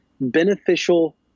beneficial